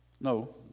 no